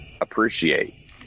appreciate